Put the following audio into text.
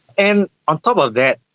and on top of that,